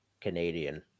Canadian